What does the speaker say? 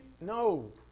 no